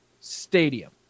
Stadium